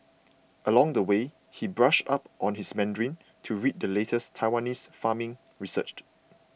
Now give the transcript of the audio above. along the way he brushed up on his Mandarin to read the latest Taiwanese farming researched